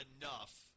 enough